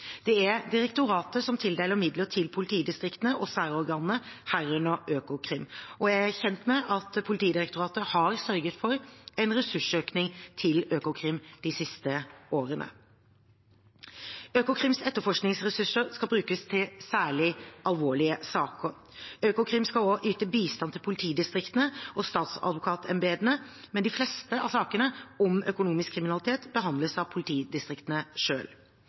Det er direktoratet som tildeler midler til politidistriktene og særorganene, herunder Økokrim. Jeg er kjent med at Politidirektoratet har sørget for en ressursøkning til Økokrim de siste årene. Økokrims etterforskningsressurser skal brukes til særlig alvorlige saker. Økokrim skal også yte bistand til politidistriktene og statsadvokatembetene, men de fleste av sakene om økonomisk kriminalitet behandles av politidistriktene